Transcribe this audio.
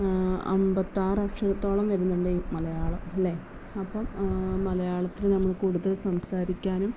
അമ്പത്താറക്ഷരത്തോളം വരുന്നുണ്ട് ഈ മലയാളം അല്ലേ അപ്പം മലയാളത്തിൽ നമ്മൾ കൂടുതൽ സംസാരിക്കാനും